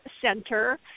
center